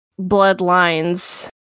bloodlines